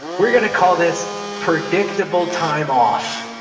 we're going to call this predicable time off.